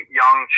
young